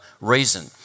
reason